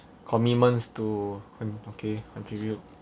commitments to okay contribute